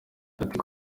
yagize